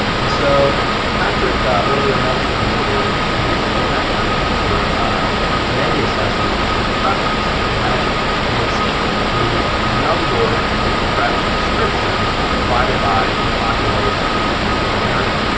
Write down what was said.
and so patrick earlier mentioned the traditional metric for many assessments, which is prevalence, and that is the number of prep prescriptions divided by the population in and a given area.